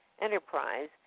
enterprise